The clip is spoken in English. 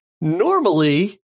normally